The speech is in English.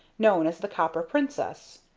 known as the copper princess.